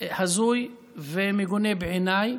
הזוי ומגונה בעיניי